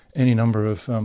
any number of um